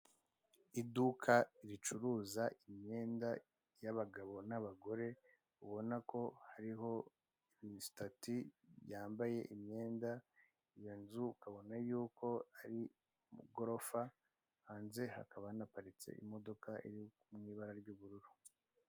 Iduka ricuruza imyenda y'abagabo n'abagore, ubona ko hariho insitati yambaye imyenda. Iyo nzu ukabona ko ari igorofa, hanze hakaba hanaparitse imodoka iri mu ibara ry'ubururu.